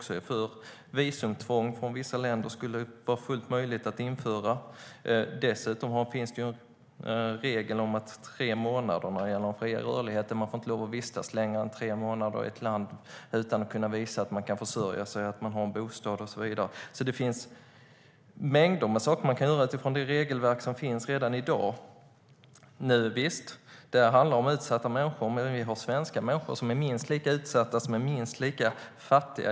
Visumtvång för personer från vissa länder skulle vara fullt möjligt att införa. När det gäller den fria rörligheten finns det dessutom en regel om att man inte får vistas längre än tre månader i ett land utan att kunna visa att man kan försörja sig, har en bostad och så vidare. Det finns alltså mängder av saker man kan göra utifrån det regelverk som finns redan i dag. Visst, det handlar om utsatta människor. Men vi har svenska människor som är minst lika utsatta och minst lika fattiga.